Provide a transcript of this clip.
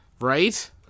Right